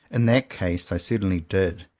in that case, i certainly did,